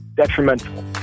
detrimental